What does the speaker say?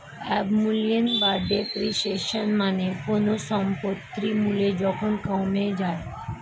অবমূল্যায়ন বা ডেপ্রিসিয়েশন মানে কোনো সম্পত্তির মূল্য যখন কমে যায়